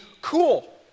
cool